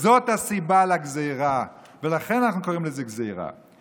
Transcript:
זאת הסיבה לגזרה, ולכן אנחנו קוראים לזה גזרה.